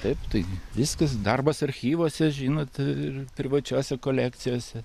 taip tai viskas darbas archyvuose žinot ir privačiose kolekcijose